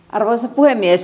arvoisa puhemies